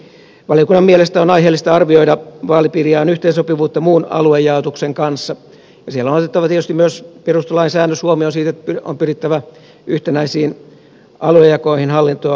valiokunnan mielestä on aiheellista arvioida vaalipiirijaon yhteensopivuutta muun aluejaotuksen kanssa ja siellä on otettava tietysti myös huomioon perustuslain säännös siitä että on pyrittävä yhtenäisiin aluejakoihin hallintoa uudistettaessa